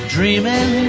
Dreaming